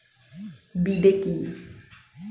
বিদে কি?